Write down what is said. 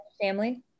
family